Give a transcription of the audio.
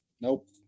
Nope